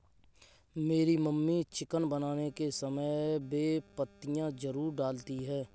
मेरी mummy chicken बनाने के समय बे पत्तियां जरूर डालती हैं